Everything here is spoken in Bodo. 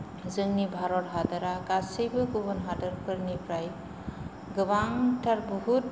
जोंनि भारत हादरा गासैबो गुबुन हादरफोरनिफ्राय गोबांथार बुहुद